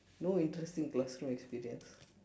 no interesting classroom experience